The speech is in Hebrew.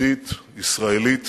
יהודית וישראלית